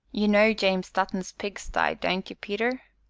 you know james dutton's pigsty, don't ye, peter?